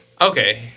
Okay